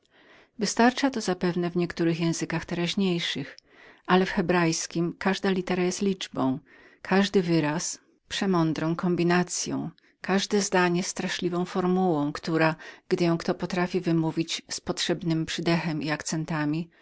księgach to zapewne wystarcza do czytania niektórych języków teraźniejszych ale w hebrajskim każda litera jest liczbą każdy wyraz przemądrą kombinacyą każdy peryód straszliwą formułą którą gdy kto potrafi wymówić z potrzebnym przydechem i akcentami